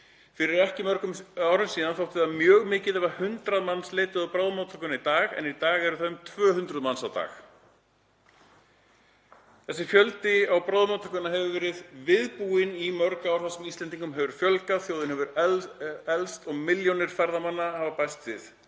„Fyrir ekki mörgum árum síðan þótti það mjög mikið ef 100 manns leituðu á bráðamóttökunni í dag en í dag eru það um 200 manns á dag.“ Þessi fjöldi á bráðamóttökuna hefur verið viðbúinn í mörg ár þar sem Íslendingum hefur fjölgað. Þjóðin hefur elst og milljónir ferðamanna hafa bæst við